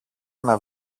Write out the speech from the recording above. ένα